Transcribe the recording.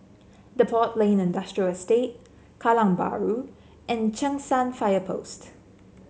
Depot Lane Industrial Estate Kallang Bahru and Cheng San Fire Post